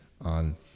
on